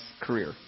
career